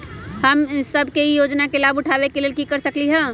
हम सब ई योजना के लाभ उठावे के लेल की कर सकलि ह?